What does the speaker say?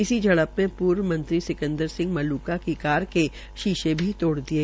इसी झड़प में पूर्व मंत्री सिकंदर सिंह मलूका की कार के शीशे भी तोड़ दिये